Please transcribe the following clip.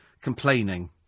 complaining